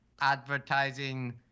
advertising